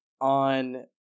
on